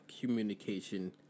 communication